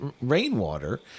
rainwater